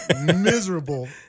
Miserable